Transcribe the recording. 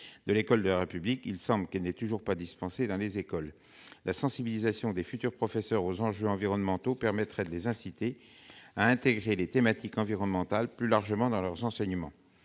de l'école de la République, il semble qu'elle n'est pas toujours dispensée dans les écoles. La sensibilisation des futurs professeurs aux enjeux environnementaux permettrait de les inciter à intégrer plus largement les thématiques environnementales dans leurs enseignements.